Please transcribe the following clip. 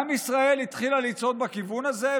גם ישראל התחילה לצעוד בכיוון הזה,